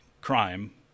crime